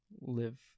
live